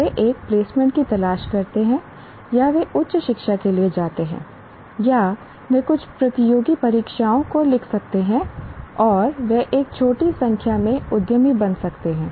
वे एक प्लेसमेंट की तलाश करते हैं या वे उच्च शिक्षा के लिए जाते हैं या वे कुछ प्रतियोगी परीक्षाओं को लिख सकते हैं और वे एक छोटी संख्या में उद्यमी बन सकते हैं